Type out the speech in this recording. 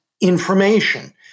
information